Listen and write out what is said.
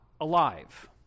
alive